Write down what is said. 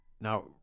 now